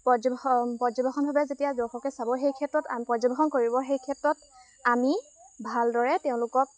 পৰ্যবেক্ষণ পৰ্যবেক্ষণভাৱে যেতিয়া দৰ্শকে চাব সেই ক্ষেত্ৰত পৰ্যবেক্ষণ কৰিব সেই ক্ষেত্ৰত আমি ভালদৰে তেওঁলোকক